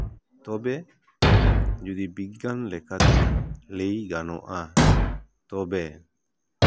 ᱛᱚᱵᱮ ᱡᱚᱫᱤ ᱵᱤᱜᱽᱜᱟᱱ ᱞᱮᱠᱟᱛᱮ ᱞᱟᱹᱭ ᱜᱟᱱᱚᱜᱼᱟ ᱛᱚᱵᱮ